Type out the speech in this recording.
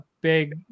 big